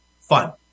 fun